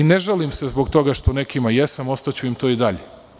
Ne žalim se zbog toga što nekima jesam, ostaću im to i dalje.